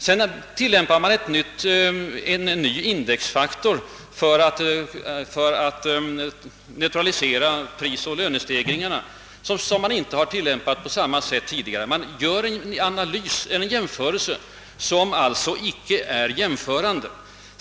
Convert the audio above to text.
Sedan underlåter han att ta hänsyn till att man nu tillämpar en ny indexfaktor för att neutralisera prisoch lönestegringarna, en faktor som inte tillämpats tidigare. Han gör alltså en jämförelse som inte är jämförbar.